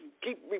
keep